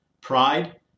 pride